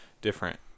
Different